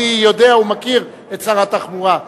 אני יודע ומכיר את שר התחבורה.